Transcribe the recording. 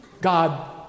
God